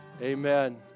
Amen